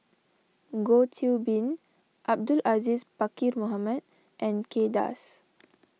Goh Qiu Bin Abdul Aziz Pakkeer Mohamed and Kay Das